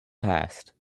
past